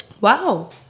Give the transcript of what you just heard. Wow